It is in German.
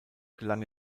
gelang